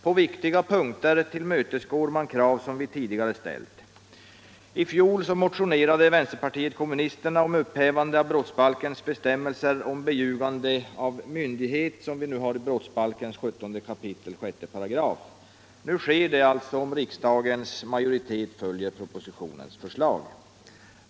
På viktiga punkter tillmötesgår man krav som vi tidigare ställt. I fjol motionerade vänsterpartiet kommunisterna om upphävande av bestämmelserna om beljugande av myndighet i brottsbalkens 17 kap. 6 §. Nu sker detta upphävande, om riksdagens majoritet följer propositionens förslag.